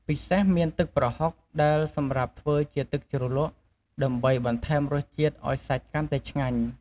ពិសេសមានទឹកក្រហុកដែលសម្រាប់ធ្វើជាទឹកជ្រលក់ ដើម្បីបន្ថែមរសជាតិឱ្យសាច់កាន់តែឆ្ងាញ់។